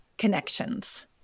Connections